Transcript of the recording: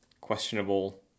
questionable